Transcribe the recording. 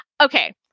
okay